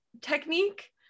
technique